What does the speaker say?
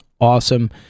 awesome